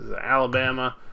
Alabama